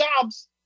jobs